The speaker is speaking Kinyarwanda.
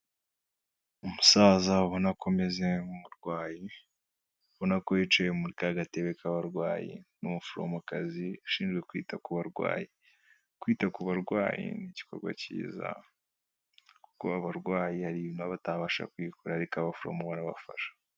Umusaza ubona ko ameze nk'umurwayi, ubona ko yicaye muri ka gatebe k'abarwayi n'umuforomokazi ushinzwe kwita ku barwayi, kwita ku barwayi ni igikorwa cyiza kuko abarwayi hari ibintu baba batabasha kwikorera ariko abaforomo barabafasha.